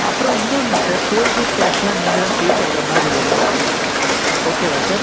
அப்புறம் இன்னோன்னு sir toll gate கேஷ்லாம் நீங்கள் தான் பே பண்ணுற மாதிரி வரும் ஓகேவா சார்